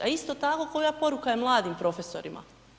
A isto tako koja poruka je mladim profesorima?